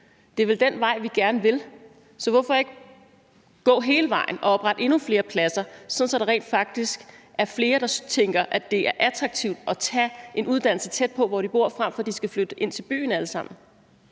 Det er vel den vej, vi gerne vil. Så hvorfor ikke gå hele vejen og oprette endnu flere pladser, sådan at der rent faktisk er flere, der tænker, at det er attraktivt at tage en uddannelse tæt på, hvor de bor, frem for at de skal flytte ind til byen alle sammen?